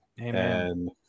Amen